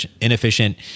inefficient